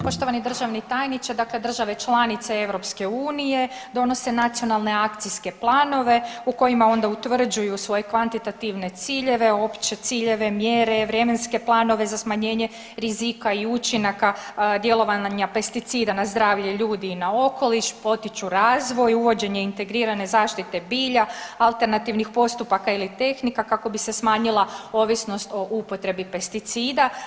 Poštovani državni tajniče, dakle države članice EU donose nacionalne akcijske planove u kojima onda utvrđuju svoje kvantitativne ciljeve, opće ciljeve, mjere, vremenske planove za smanjenje rizika i učinaka djelovanja pesticida na zdravlje ljudi i na okoliš, potiču razvoj, uvođenje integrirane zaštite bilja, alternativnih postupaka ili tehnika kako bi se smanjila ovisnost o upotrebi pesticida.